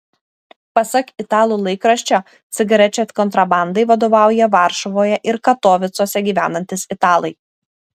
pasak italų laikraščio cigarečių kontrabandai vadovauja varšuvoje ir katovicuose gyvenantys italai